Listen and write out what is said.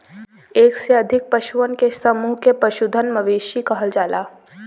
एक से अधिक पशुअन के समूह के पशुधन, मवेशी कहल जाला